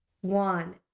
One